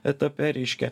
etape reiškia